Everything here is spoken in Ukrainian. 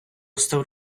став